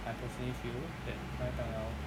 I personally feel that 麦当劳